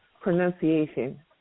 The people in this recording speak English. pronunciation